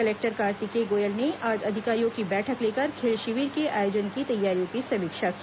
collector Kartikeya Goyal ने आज अधिकारियों की बैठक लेकर खेल शिविर के आयोजन की तैयारियों की समीक्षा की